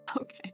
Okay